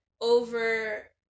over